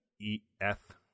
E-F